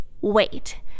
wait